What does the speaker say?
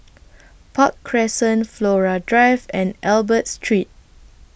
Park Crescent Flora Drive and Albert Street